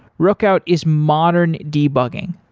rookout is modern debugging.